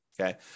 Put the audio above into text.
okay